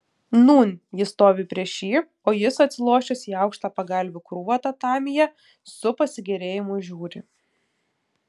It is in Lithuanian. nūn ji stovi prieš jį o jis atsilošęs į aukštą pagalvių krūvą tatamyje su pasigėrėjimu žiūri